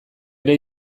ere